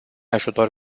ajutor